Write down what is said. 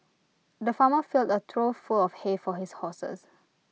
the farmer filled A trough full of hay for his horses